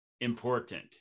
important